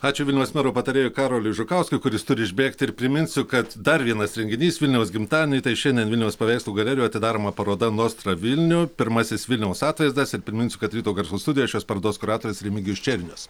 ačiū vilniaus mero patarėjui karoliui žukauskui kuris turi išbėgti ir priminsiu kad dar vienas renginys vilniaus gimtadieniui tai šiandien vilniaus paveikslų galerijoj atidaroma paroda nostra vilnio pirmasis vilniaus atvaizdas ir priminsiu kad ryto garsų studijoj šios parodos kuratorius remigijus černius